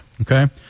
okay